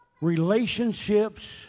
Relationships